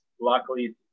Luckily